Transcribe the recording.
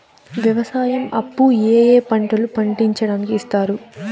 వ్యవసాయం అప్పు ఏ ఏ పంటలు పండించడానికి ఇస్తారు?